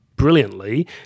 brilliantly